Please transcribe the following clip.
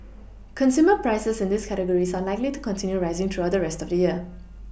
consumer prices in these categories are likely to continue rising throughout the rest of the year